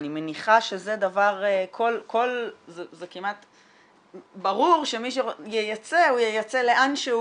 אני מניחה שזה דבר כמעט ברור שמי שייצא ייצא לאן שהוא